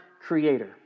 creator